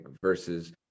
versus